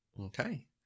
Okay